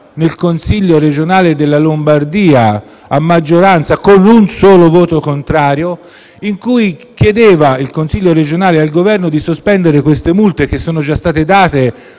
nel Consiglio regionale della Lombardia a maggioranza e con un solo voto contrario, in cui il Consiglio regionale chiedeva al Governo di sospendere queste multe, che sono già state